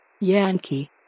Yankee